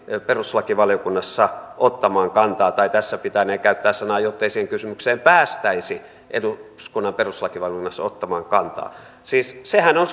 perustuslakivaliokunnassa ottamaan kantaa tai tässä pitänee käyttää sanaa jottei siihen kysymykseen päästäisi eduskunnan perustuslakivaliokunnassa ottamaan kantaa siis sehän on